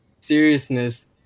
seriousness